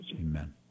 amen